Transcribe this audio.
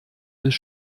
bis